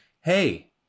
hey